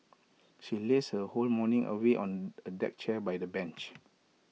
she lazed her whole morning away on A deck chair by the bench